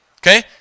Okay